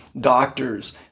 Doctors